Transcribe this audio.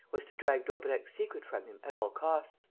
was to drag daubrecq's secret from him at all costs.